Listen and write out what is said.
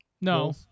No